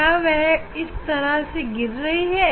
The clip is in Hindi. क्या वह इस तरह से गिर रही है